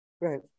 right